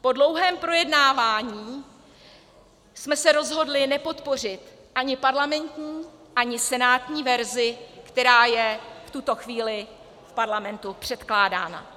Po dlouhém projednávání jsme se rozhodli nepodpořit ani parlamentní, ani senátní verzi, která je v tuto chvíli parlamentu předkládána.